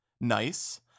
Nice